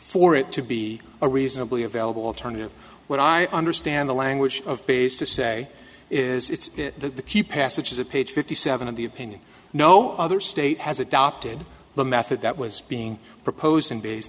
for it to be a reasonably available alternative when i understand the language of base to say is it's the key passages a page fifty seven of the opinion no other state has adopted the method that was being proposed in bays